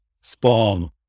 Spawn